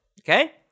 Okay